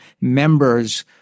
members